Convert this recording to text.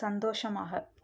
சந்தோஷமாக